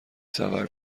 سفر